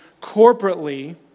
corporately